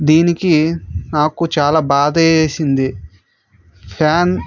దీనికి నాకు చాలా బాధ వేసింది ఫ్యాన్